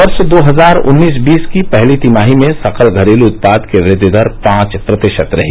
वर्ष दो हजार उन्नीस बीस की पहली तिमाही में सकल घरेल् उत्पाद की वृद्वि दर पांच प्रतिशत रही